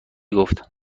گفت